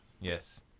Yes